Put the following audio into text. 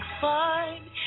fine